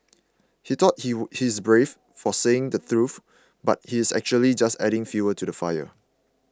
he thought he he is brave for saying the truth but he's actually just adding fuel to the fire